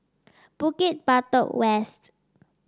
Bukit Batok West